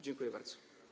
Dziękuję bardzo.